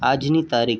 આજની તારીખ